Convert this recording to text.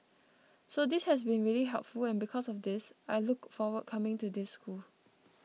so this has been really helpful and because of this I look forward coming to this school